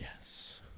Yes